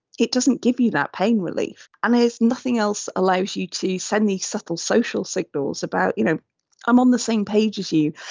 it doesn't give you that pain relief, and there's nothing else that allows you to send these subtle social signals about you know i'm on the same page as you.